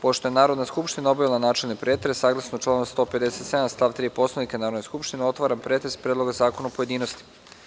Pošto je Narodna skupština obavila načelni pretres, saglasno članu 157. stav 3. Poslovnika Narodne skupštine, otvaram pretres Predloga zakona u pojedinostima.